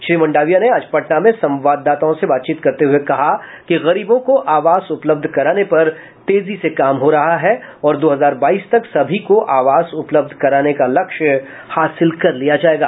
श्री मंडाविया ने आज पटना में संवाददाताओं से बातचीत करते हुए कहा कि गरीबों को आवास उपलब्ध कराने पर तेजी से काम हो रहा है और दो हजार बाईस तक सभी को आवास उपलब्ध कराने का लक्ष्य हासिल कर लिया जायेगा